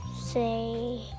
say